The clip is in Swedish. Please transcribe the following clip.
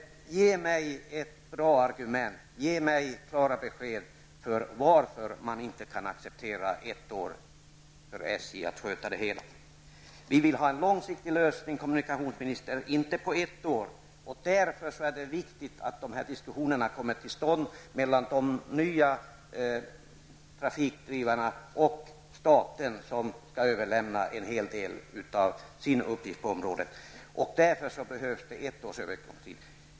Ge mig ett klart besked om varför det inte går att acceptera att SJ sköter det hela under ett år. Vi vill, kommunikationsministern, ha en långsiktig lösning, inte på ett år. Därför är det viktigt att diskussioner kommer till stånd mellan de nya trafikansvariga och staten som har att överlämna en hel del av sina uppgifter. Ett års övergångstid är därför nödvändig.